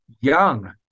young